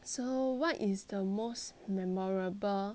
so what is the most memorable